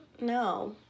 no